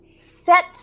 set